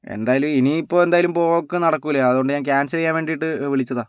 എന്തായാലും ഇനി ഇപ്പോൾ എന്തായാലും പോക്ക് നടക്കില്ല അതുകൊണ്ട് ഞാൻ ക്യാൻസൽ ചെയ്യാൻ വേണ്ടിയിട്ട് വിളിച്ചതാണ്